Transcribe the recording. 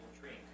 drink